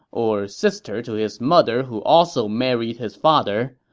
or sister to his mother who also married his father,